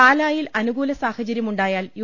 പാലായിൽ അനുകൂല സാഹചര്യമുണ്ടായാൽ യു